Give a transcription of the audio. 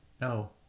No